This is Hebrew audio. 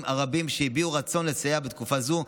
הרבים שהביעו רצון לסייע בתקופה זו,